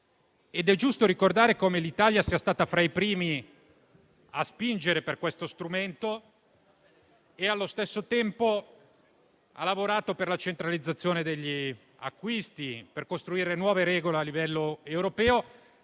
Ed è giusto ricordare come l'Italia sia stata fra i primi a spingere per questo strumento e, allo stesso tempo, abbia lavorato per la centralizzazione degli acquisti e per costruire nuove regole a livello europeo.